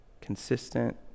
consistent